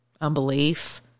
unbelief